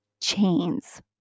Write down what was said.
chains